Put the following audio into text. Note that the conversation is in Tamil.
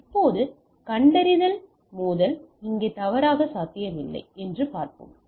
இப்போது கண்டறிதல் மோதல் இங்கே தவறாக சாத்தியமில்லை என்று பார்ப்போம்